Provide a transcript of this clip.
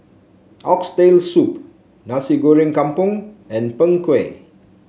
Oxtail Soup Nasi Goreng Kampung and Png Kueh